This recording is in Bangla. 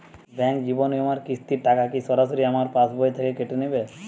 ব্যাঙ্ক জীবন বিমার কিস্তির টাকা কি সরাসরি আমার পাশ বই থেকে কেটে নিবে?